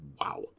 Wow